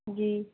जी